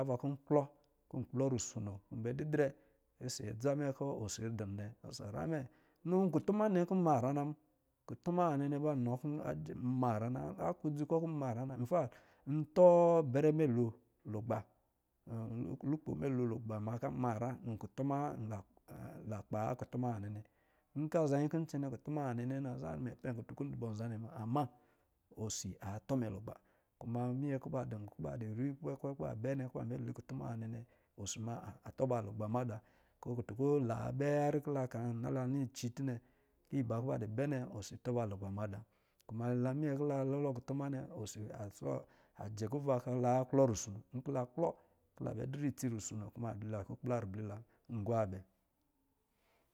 Awa kɔ̄ nklɔ kɔ̄ nklɔ rusono kɔ̄ bɛ didrɛ ɔsɔ̄ adza mɛ kɔ̄ osi dɔ̄ nnɛ ɔsɔ̄ nyra mɛ, nɔ kutume nnɛ kɔ̄ nma nyra na, kutuma nwa nnɛ nnɛ ba kɔ̄ nma nyra na aklodzi kɔ̄ kɔ̄ nma nyra na ntɔ bɛrɛ mɛ lo lugba lukpo mɛlo lu gba ka ma nyra nkutuma lakpa akutuma nwa nne nnɛ nke aza manyi kɔ̄ ncɛnɛ kutumɛ nwa nnɛ nnɛ na za na pɛ kutu kɔ̄ ndɔ bɔ nzanne nnɛ muna ama osi atɔ mɛ lugba minyɛ kɔ̄ ba dɔ̄ kɔ̄ dɔ̄ ri kwekwe kɔ̄ ba dɔ bɛ nnɛ kɔ̄ ba bɛ li kutuma nwa nnɛ nnɛ osi ma adɔ ba lugba mda kutun kɔ̄ la bɛ yari kɔ̄ la dɔ ne cici tɔ nnɛ iba kɔ̄ ba dɔ̄ bɛ nne ɔsɔ̄ a tɔ ba wgba mada kuma la mimyɛ kɔ̄ la lolo kutuna me osi a sɛ kuva kɔ la na klɔ rusono la klɔ kɔ̄ bɛ didrɛ itsi rusono ni kakplɛ ribli la ngwabɛ!